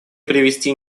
привести